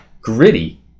Gritty